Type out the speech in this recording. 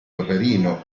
paperino